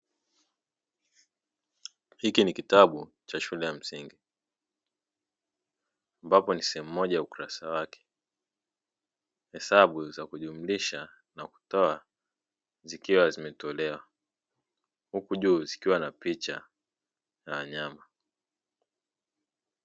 Hiki ni kitabu cha shule ya msingi ambapo ni sehemu moja ya ukurasa wake hesabu ya kujumuisha na kutoa, zikiwa zimetolewa huku juu zikiwa na picha za wanyama.